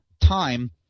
time